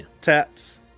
Tats